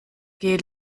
gel